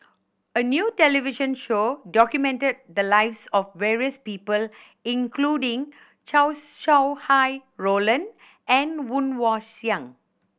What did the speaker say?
a new television show documented the lives of various people including Chow Sau Hai Roland and Woon Wah Siang